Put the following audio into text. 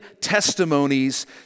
testimonies